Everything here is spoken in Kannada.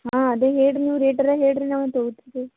ಹಾಂ ಅದೇ ಹೇಳಿರಿ ನೀವು ರೇಟ್ ಅರೆ ಹೇಳಿರಿ ನಾವು ತಗೋತಿದ್ದಿವಿ